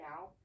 now